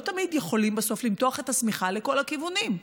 לא תמיד יכולים בסוף למתוח את השמיכה לכל הכיוונים.